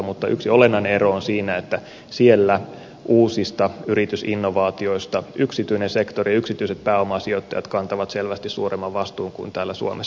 mutta yksi olennainen ero on siinä että siellä uusista yritysinnovaatioista yksityinen sektori ja yksityiset pääomasijoittajat kantavat selvästi suuremman vastuun kuin täällä suomessa